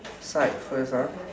side first ah